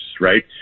right